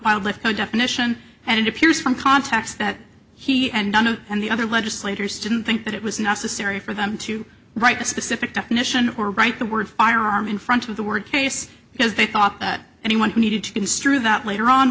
life the definition and it appears from context that he and and the other legislators didn't think that it was necessary for them to write a specific definition or write the word firearm in front of the word case because they thought that anyone who needed to construe that later on